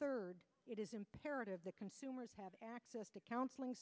third it is imperative that consumers have access to counseling